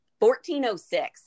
1406